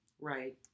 Right